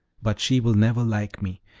but she will never like me,